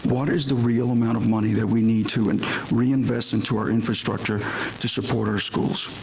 what is the real amount of money that we need to and reinvest into our infrastructure to support our schools?